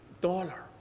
dollar